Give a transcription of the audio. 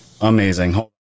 amazing